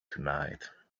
tonight